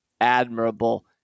admirable